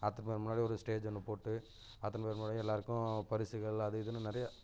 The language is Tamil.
அத்தனை பேர் முன்னாடி ஒரு ஸ்டேஜ் ஒன்று போட்டு அத்தனை பேர் முன்னாடி எல்லார்க்கும் பரிசுகள் அது இதுன்னு நிறையா